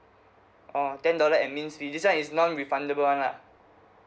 orh ten dollar admin fee this one is non refundable one lah